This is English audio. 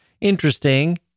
interesting